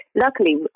luckily